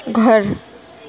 گھر